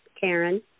Karen